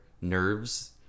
nerves